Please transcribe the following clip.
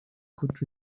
could